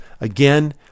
again